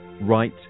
right